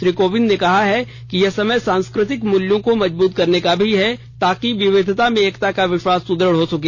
श्री कोविंद ने कहा है कि यह समय सांस्कृतिक मूल्यों को मजबूत करने का भी है ताकि विविधता में एकता का विश्वास सुदृढ़ हो सके